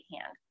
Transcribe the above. hand